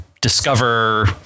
discover